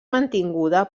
mantinguda